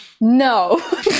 No